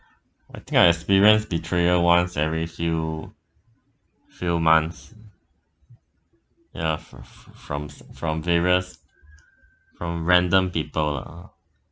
I think I experienced betrayal once every few few months ya fr~ from from various from random people lah